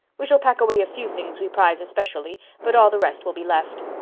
we shall pack away a few things we prize especially, but all the rest will be left.